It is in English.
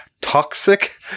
toxic